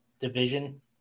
division